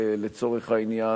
לצורך העניין,